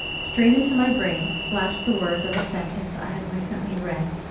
straight into my brain flashed the words of a sentence i had recently read